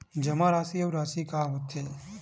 जमा राशि अउ राशि का होथे?